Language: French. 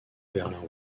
berlin